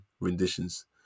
renditions